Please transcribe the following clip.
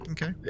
Okay